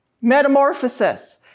Metamorphosis